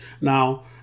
Now